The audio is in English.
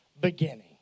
beginning